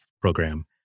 program